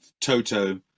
Toto